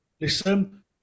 listen